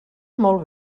molt